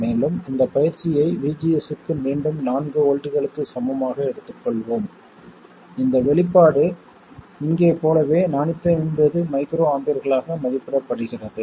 மேலும் இந்த பயிற்சியை VGS க்கு மீண்டும் நான்கு வோல்ட்டுகளுக்கு சமம் ஆக எடுத்துக் கொள்வோம் இந்த வெளிப்பாடு இங்கே போலவே 450 மைக்ரோஆம்பியர்களாக மதிப்பிடப்படுகிறது